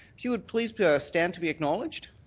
if you would please stand to be acknowledged.